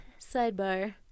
sidebar